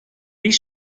die